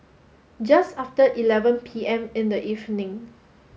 just after eleven P M in the evening